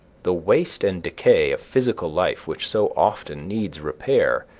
the waste and decay of physical life, which so often needs repair,